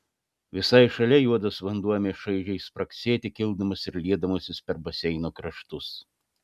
visai šalia juodas vanduo ėmė šaižiai spragsėti kildamas ir liedamasis per baseino kraštus